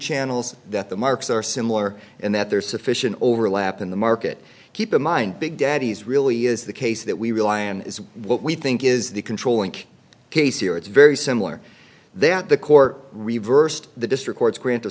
channels that the marks are similar and that there is sufficient overlap in the market keep in mind big daddy's really is the case that we rely on is what we think is the controlling case here it's very similar they at the core reversed the district court's grant